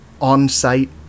on-site